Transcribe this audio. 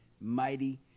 mighty